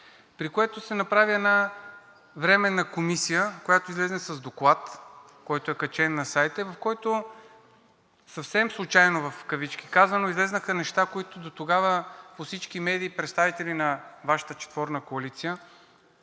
При което се направи една временна комисия, която излезе с Доклад, който е качен на сайта и в който съвсем „случайно“ излязоха неща, които дотогава по всички медии представители на Вашата четворна коалиция